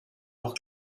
auch